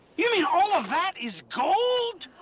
you mean all of that is gold?